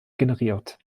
generiert